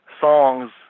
songs